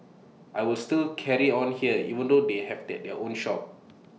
I will still carry on here even though they have the their own shop